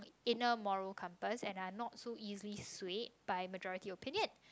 inner moral compass and I'm not so easy swag by majority opinion